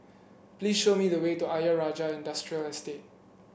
please show me the way to Ayer Rajah Industrial Estate